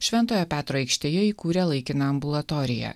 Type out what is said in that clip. šventojo petro aikštėje įkūrė laikiną ambulatoriją